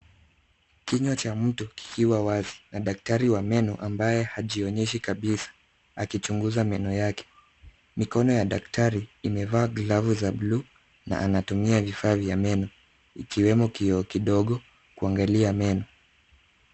Kinywa cha mtu kikiwa wazi na daktari wa meno ambaye hajionyeshi kabisa akichunguza meno yake. Mikono ya daktari imevaa glavu za bluu na anatumia vifaa vya meno ikiwemo kioo kidogo kuangalia meno.